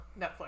Netflix